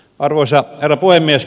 arvoisa herra puhemies